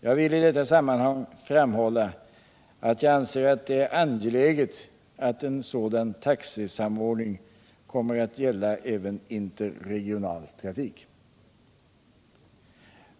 Jag vill i detta sammanhang framhålla att jag anser att det är angeläget att sådan taxesamordning kommer att gälla även interregional trafik.